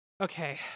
okay